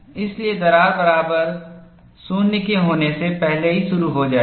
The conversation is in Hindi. इसलिएदरार R बराबर 0 के होने से पहले ही शुरू हो जाएगी